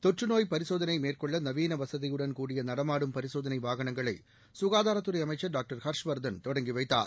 தொற்று நோய் பரிசோதனை மேற்கொள்ள நவீன வசதியுடன் கூடிய நடமாடும் பரிசோதனை வாகனங்களை சுகாதாரத்துறை அமைச்சர் டாங்டர் ஹர்ஷ்வர்தன் தொடங்கி வைத்தார்